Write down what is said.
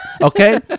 Okay